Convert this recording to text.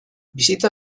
bizitza